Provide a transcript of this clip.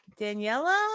Daniela